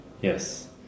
Yes